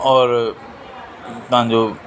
और तव्हांजो